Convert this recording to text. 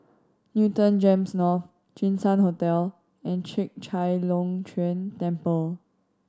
Newton GEMS North Jinshan Hotel and Chek Chai Long Chuen Temple